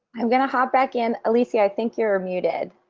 i'm gonna hop back in. alicia, i think you're ah muted.